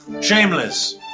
Shameless